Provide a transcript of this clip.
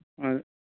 ꯑ